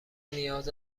نیاز